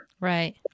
Right